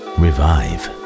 revive